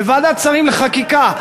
בוועדת שרים לחקיקה,